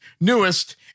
newest